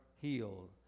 healed